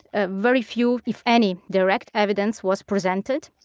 ah very few, if any, direct evidence was presented.